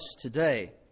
today